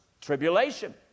tribulation